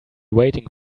waiting